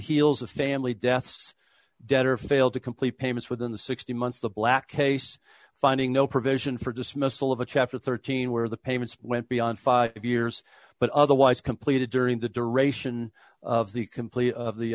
heels of family deaths debtor failed to complete payments within the sixty months the black case finding no provision for dismissal of a chapter thirteen where the payments went beyond five years but otherwise completed during the duration of the